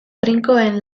trinkoen